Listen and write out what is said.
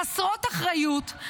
חסרות אחריות,